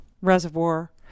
reservoir